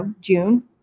June